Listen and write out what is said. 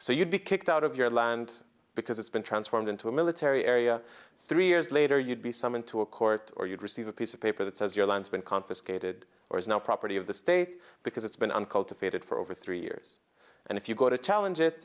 so you'd be kicked out of your land because it's been transformed into a military area three years later you'd be someone to a court or you'd receive a piece of paper that says your lands been confiscated or is now property of the state because it's been uncultivated for over three years and if you go to challenge it